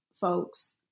folks